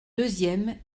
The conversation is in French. deuxièmes